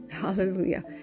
Hallelujah